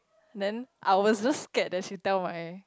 then I was just scared that she tell my